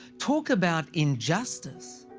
talk about injustice.